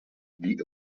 the